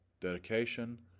dedication